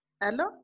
hello